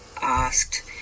asked